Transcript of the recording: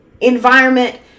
environment